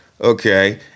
okay